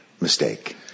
mistake